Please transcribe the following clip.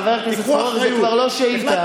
חבר הכנסת פורר, זו כבר לא שאילתה, נגמר.